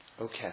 Okay